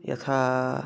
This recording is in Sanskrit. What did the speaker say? यथा